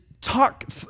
talk